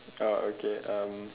uh okay um